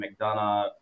McDonough